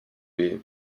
weh